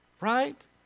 right